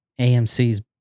AMC's